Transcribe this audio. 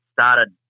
started